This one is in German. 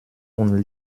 und